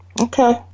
Okay